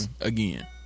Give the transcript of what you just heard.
again